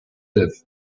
live